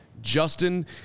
Justin